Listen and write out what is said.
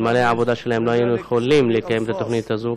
אלמלא העבודה שלהם לא היינו יכולים לקיים את התוכנית הזו,